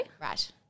Right